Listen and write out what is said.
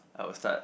I will start